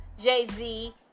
Jay-Z